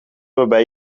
waarbij